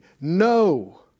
No